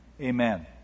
Amen